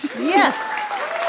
Yes